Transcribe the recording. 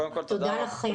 תודה לכם.